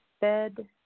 bed